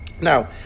Now